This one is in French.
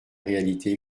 réalité